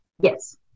Yes